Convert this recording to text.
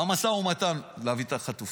במשא ומתן להביא את החטופים.